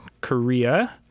Korea